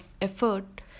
effort